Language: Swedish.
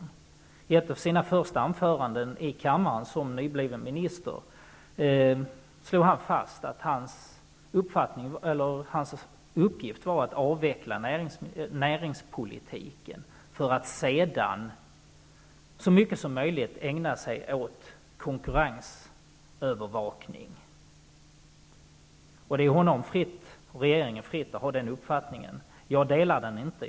I ett av sina första anföranden i kammaren som nybliven minister slog han fast att hans uppgift var att avveckla näringspolitiken, för att sedan så mycket som möjligt ägna sig åt konkurrensövervakning. Det står honom och regeringen fritt att ha den uppfattningen. Jag delar den inte.